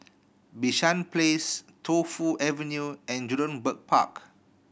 Bishan Place Tu Fu Avenue and Jurong Bird Park